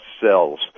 cells